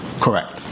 Correct